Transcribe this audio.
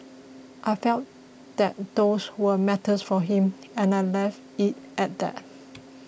I felt that those were matters for him and I left it at that